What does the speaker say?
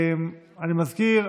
אני מזכיר,